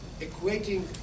equating